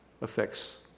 affects